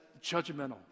judgmental